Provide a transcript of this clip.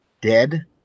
dead